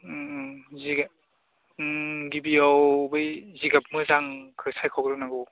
उम उम जिगा उम गिबियाव बै जिगाब मोजांखौ सायख'ग्रोनांगौ